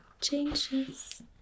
changes